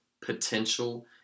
potential